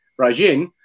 rajin